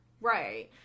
Right